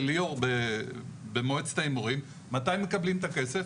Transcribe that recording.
לליאור במועצת ההימורים: מתי מקבלים את הכסף?